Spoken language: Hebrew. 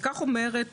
וכך אומרת